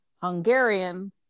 Hungarian